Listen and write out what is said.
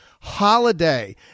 HOLIDAY